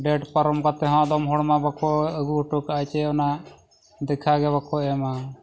ᱯᱟᱨᱚᱢ ᱠᱟᱛᱮᱫ ᱦᱚᱸ ᱟᱫᱚᱢ ᱦᱚᱲ ᱢᱟ ᱵᱟᱠᱚ ᱟᱹᱜᱩ ᱚᱴᱚ ᱠᱟᱜᱼᱟ ᱪᱮ ᱚᱱᱟ ᱫᱮᱠᱷᱟ ᱜᱮ ᱵᱟᱠᱚ ᱮᱢᱟ